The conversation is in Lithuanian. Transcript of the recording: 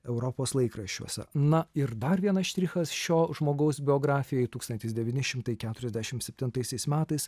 europos laikraščiuose na ir dar vienas štrichas šio žmogaus biografijoj tūkstantis devyni šimtai keturiasdešimt septintaisiais metais